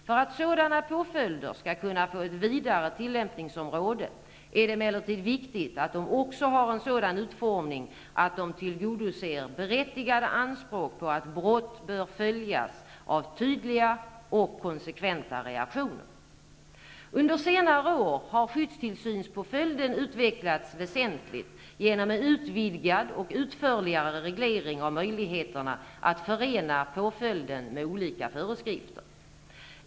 För att sådana påföljder skall kunna få ett vidare tillämpningsområde är det emellertid viktigt att de också har en sådan utformning att de tillgodoser berättigade anspråk på att brott bör följas av tydliga och konsekventa reaktioner. Under senare år har skyddstillsynspåföljden utvecklats väsentligt genom en utvidgad och utförligare reglering av möjligheterna att förena påföljden med olika föreskrifter.